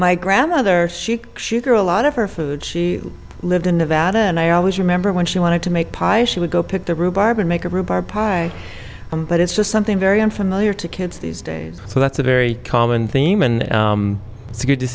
my grandmother she sugar a lot of her food she lived in nevada and i always remember when she wanted to make pie she would go pick the rhubarb and make a rhubarb pie but it's just something very unfamiliar to kids these days so that's a very common theme and it's good to